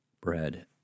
bread